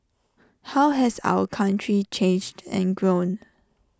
how has our country changed and grown